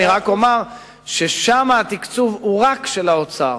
אני רק אומר ששם התקצוב הוא רק של האוצר,